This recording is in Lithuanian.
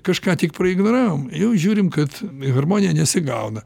kažką tik praignoravom jau žiūrim kad harmonija nesigauna